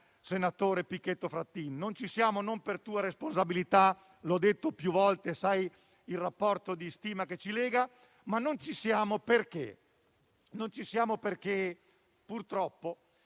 senatore Pichetto Fratin, non ci siamo non per sua responsabilità - l'ho detto più volte ed è noto il rapporto di stima che ci lega - ma perché purtroppo